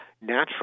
natural